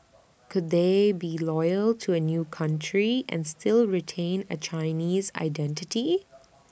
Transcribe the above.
could they be loyal to A new country and still retain A Chinese identity